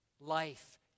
Life